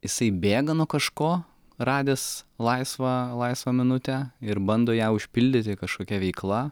jisai bėga nuo kažko radęs laisvą laisvą minutę ir bando ją užpildyti kažkokia veikla